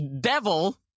devil